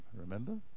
remember